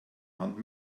hand